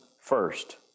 first